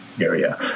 area